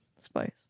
Spice